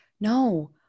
no